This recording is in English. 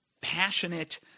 passionate